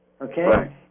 Okay